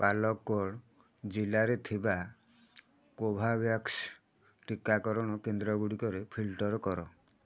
ପାଲକ୍କଡ଼୍ ଜିଲ୍ଲାରେ ଥିବା କୋଭୋଭ୍ୟାକ୍ସ ଟିକାକରଣ କେନ୍ଦ୍ରଗୁଡ଼ିକରେ ଫିଲ୍ଟର କର